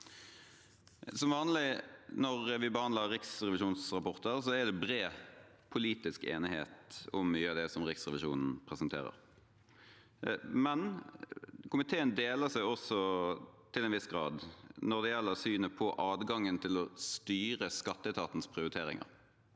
Som vanlig når vi behandler riksrevisjonsrapporter, er det bred politisk enighet om mye av det Riksrevisjonen presenterer, men komiteen deler seg til en viss grad når det gjelder synet på adgangen til å styre skatteetatens prioriteringer.